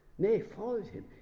nay, followed him,